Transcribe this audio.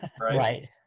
right